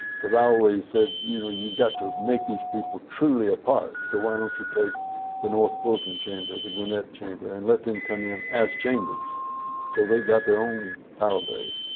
i always said, you know, you've got to make these people truly a part, so why don't you take the north fulton chamber, the gwinnett chamber and let them come in as chambers so they got their own power base.